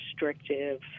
restrictive